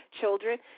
children